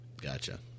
Gotcha